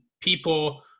people